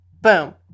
Boom